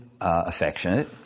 affectionate